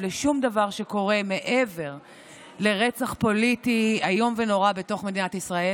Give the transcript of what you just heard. לשום דבר שקורה מעבר לרצח פוליטי איום ונורא בתוך מדינת ישראל,